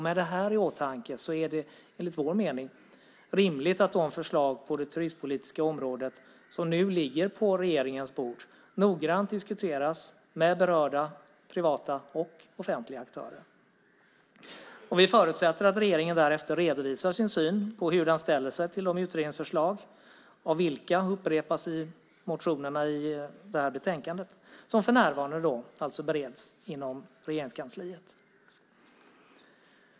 Med det i åtanke är det enligt vår mening rimligt att de förslag på det turistpolitiska området som nu ligger på regeringens bord noggrant diskuteras med berörda, privata och offentliga, aktörer. Vi förutsätter att regeringen därefter redovisar sin syn på hur den ställer sig till de utredningsförslag, vilka upprepas i motionerna i det här betänkandet, som för närvarande alltså bereds inom Regeringskansliet.